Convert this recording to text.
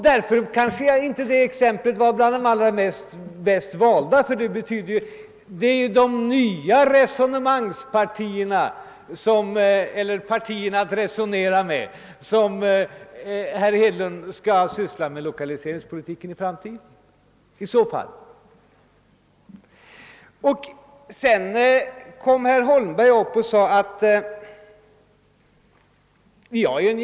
Där för var det exemplet kanske inte det allra bästa, ty detta är ju i så fall de partier som herr Hediund skall resonera med då det gäller lokaliseringspolitiken. Herr Holmberg sade att det finns en gemensam grundsyn, och det var ju fint.